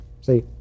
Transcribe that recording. see